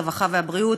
הרווחה והבריאות,